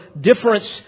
difference